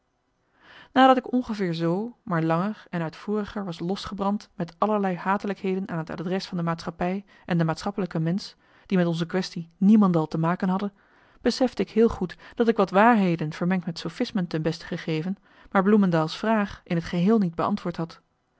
nadat ik ongeveer zoo maar langer en uitvoeringer was losgebrand met allerlei hatelijkheden aan het adres van de maatschappij en de maatschappelijke mensch die met onze quaestie niemendal te maken hadden besefte ik heel goed dat ik wat waarheden vermengd met sophismen ten beste gegeven maar bloemendael's vraag in t geheel niet beantwoord had